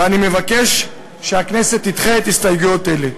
ואני מבקש שהכנסת תדחה הסתייגויות אלה.